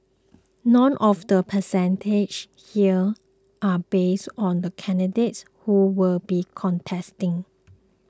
none of the percentages here are based on the candidates who will be contesting